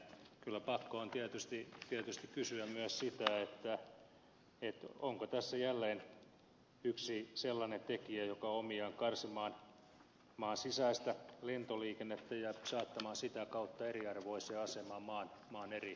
kyllä pakko on tietysti kysyä myös sitä onko tässä jälleen yksi sellainen tekijä joka on omiaan karsimaan maan sisäistä lentoliikennettä ja saattamaan sitä kautta maan eri osat eriarvoiseen asemaan